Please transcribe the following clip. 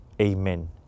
Amen